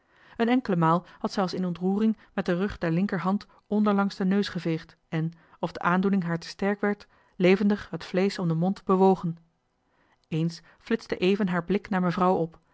een enkele maal had zij als in ontroering met den rug der linkerhand onderlangs den neus geveegd en of de aandoening haar te sterk werd levendig het vleesch om den mond bewogen eens flitste even haar blik naar mevrouw op